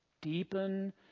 deepen